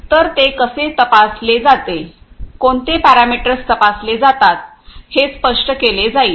तर ते कसे तपासले जाते कोणते पॅरामीटर्स तपासले जातात हे स्पष्ट केले जाईल